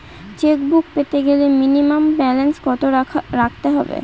Chequebook পেতে গেলে minimum balance কত রাখতে হবে?